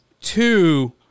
two